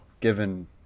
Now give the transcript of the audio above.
Given